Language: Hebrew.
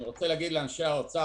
אני רוצה להגיד לאנשי משרד האוצר